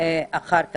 אחר כך.